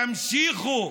תמשיכו,